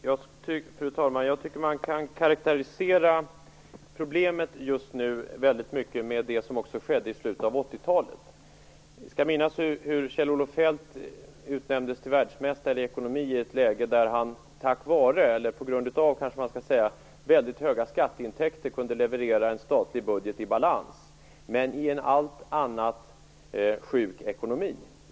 Fru talman! Jag tycker att man kan karakterisera problemet just nu väldigt mycket med det som också skedde i slutet av 80-talet. Vi kan minnas hur Kjell Olof Feldt utnämndes till världsmästare i ekonomi i ett läge där han på grund av väldigt höga skatteintäkter kunde leverera en statlig budget i balans i en i övrigt sjuk ekonomi.